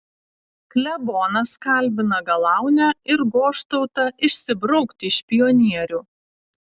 klebonas kalbina galaunę ir goštautą išsibraukti iš pionierių